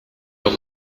auch